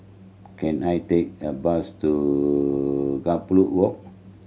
can I take a bus to Walk